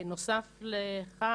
נוסף לכך,